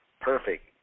perfect